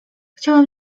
chciałem